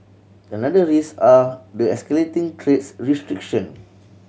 another risk are the escalating trades restriction